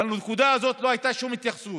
לנקודה הזאת לא הייתה שום התייחסות.